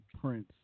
prince